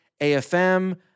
AFM